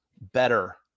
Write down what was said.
better